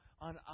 on